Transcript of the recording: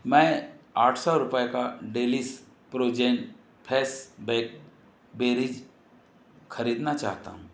मैं आठ सौ रुपये का Delish frozen fresh bake berries खरीदना चाहता हूँ